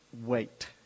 wait